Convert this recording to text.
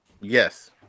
Yes